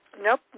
nope